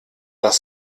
das